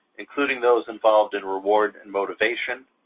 including those involved in reward and motivation,